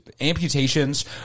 amputations